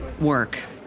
work